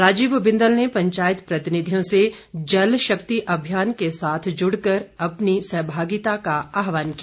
राजीव बिंदल ने पंचायत प्रतिनिधियों से जलशक्ति अभियान के साथ जुड़कर अपनी सहभागिता का आहवान किया